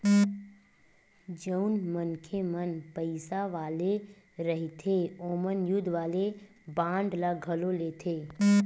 जउन मनखे मन पइसा वाले रहिथे ओमन युद्ध वाले बांड ल घलो लेथे